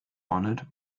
honored